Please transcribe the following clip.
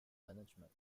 management